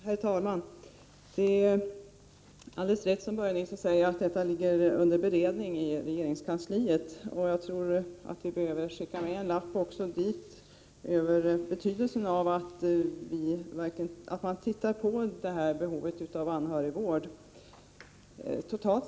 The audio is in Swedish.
Herr talman! Det är alldeles riktigt som Börje Nilsson säger att detta är föremål för beredning i regeringskansliet. Jag tror att vi behöver skicka med en lapp också dit när det gäller betydelsen av att man ser över behovet av anhörigvård.